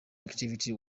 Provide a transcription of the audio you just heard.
activities